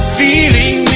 feeling